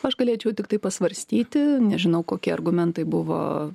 aš galėčiau tiktai pasvarstyti nežinau kokie argumentai buvo